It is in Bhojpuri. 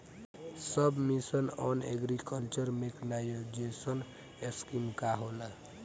सब mission on agriculture mechanisation scheme का होला?